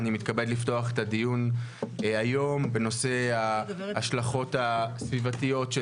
אני מתכבד לפתוח את הדיון בנושא ההשלכות הסביבתיות של